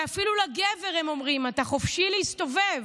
ואפילו לגבר הם אומרים: אתה חופשי להסתובב.